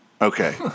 okay